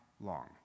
long